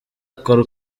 akora